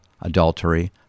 adultery